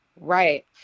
right